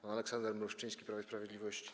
Pan Aleksander Mrówczyński, Prawo i Sprawiedliwość?